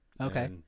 Okay